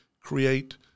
create